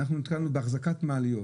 אנחנו נתקלנו באחזקת מעליות,